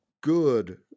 good